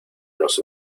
nos